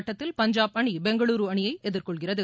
ஆட்டத்தில் பஞ்சாப் அணிபெங்களூர் அணியைஎதிர்கொள்கிறது